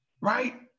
right